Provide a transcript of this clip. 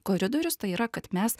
koridorius tai yra kad mes